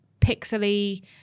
pixely